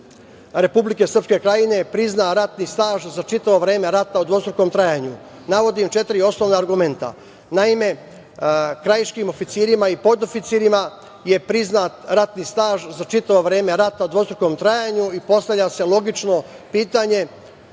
Republike Srpske Krajine prizna ratni staž za čitavo vreme rata u dvostrukom trajanju. Navodim četiri osnovna argumenta. Naime, krajiškim oficirima i podoficirima je priznat ratni staž za čitavo vreme rata u dvostrukom trajanju i postavlja se logično pitanje